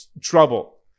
trouble